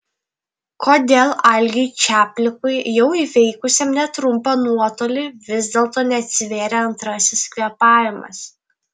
kodėl algiui čaplikui jau įveikusiam netrumpą nuotolį vis dėlto neatsivėrė antrasis kvėpavimas